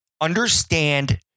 Understand